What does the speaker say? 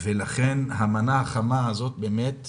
לכן המנה החמה הזאת באמת ובמיוחד,